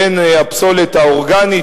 בין הפסולת האורגנית,